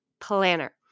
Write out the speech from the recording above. planner